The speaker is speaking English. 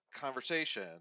conversation